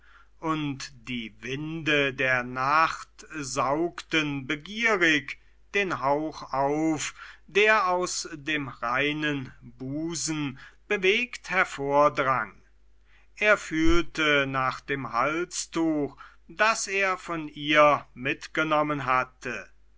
und die winde der nacht saugten begierig den hauch auf der aus dem reinen busen bewegt hervordrang er fühlte nach dem halstuch das er von ihr mitgenommen hatte